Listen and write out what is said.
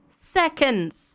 seconds